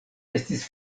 estis